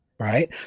Right